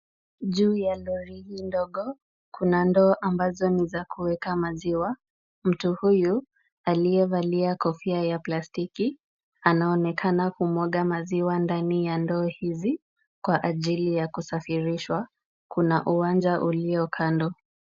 Juu ya ndoo hizi ndogo, kuna ndoo ambazo ni za kuweka maziwa. Mtu huyu aliyevalia kofia ya plastiki anaonekana kumwaga maziwa ndani ya ndoo hizi kwa ajili ya kusarifirishwa. Kuna uwanja ulio kando.